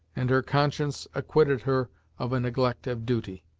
and her conscience acquitted her of a neglect of duty.